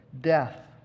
death